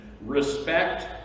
respect